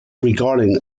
regarding